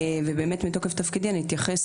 באמת מתוקף תפקידי אני אתייחס